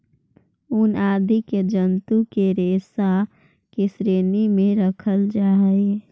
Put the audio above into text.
ऊन आदि के जन्तु के रेशा के श्रेणी में रखल जा हई